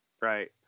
right